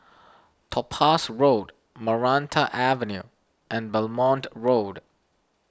Topaz Road Maranta Avenue and Belmont Road